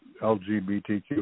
LGBTQ